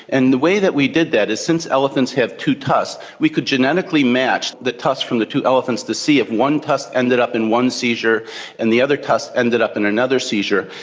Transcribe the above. and the way that we did that is since elephants have two tusks we could genetically match the tusks from the two elephants to see if one tusk ended up in one seizure and the other tusk ended up in another seizure,